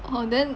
orh then